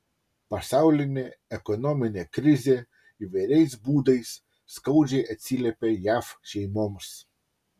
pasaulinė ekonominė krizė įvairiais būdais skaudžiai atsiliepia jav šeimoms